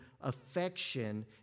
affection